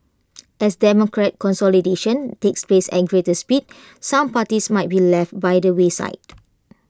as democratic consolidation takes place at greater speed some parties might be left by the wayside